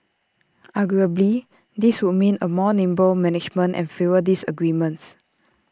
arguably this would mean A more nimble management and fewer disagreements